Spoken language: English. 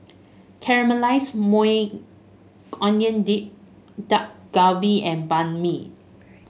Caramelized Maui Onion Dip Dak Galbi and Banh Mi